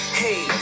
hey